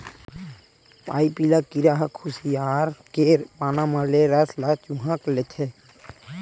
पाइपिला कीरा ह खुसियार के पाना मन ले रस ल चूंहक लेथे